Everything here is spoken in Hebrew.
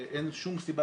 אין שום סיבה,